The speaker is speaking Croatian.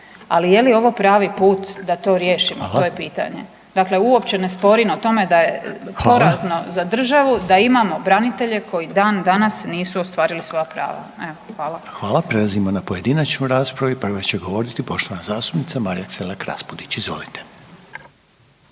Ali je li ovo pravi put da to riješimo to je pitanje. Dakle, uopće ne sporim o tome da je porazno za državu da imamo branitelje koji dan danas nisu ostvarili svoja prava. Evo hvala. **Reiner, Željko (HDZ)** Hvala. Prelazimo na pojedinačnu raspravu i prva će govoriti poštovana zastupnica Marija Selak Raspudić. Izvolite.